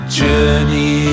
journey